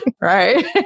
Right